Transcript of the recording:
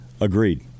Agreed